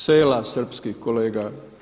Sela srpskih kolega.